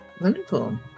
Wonderful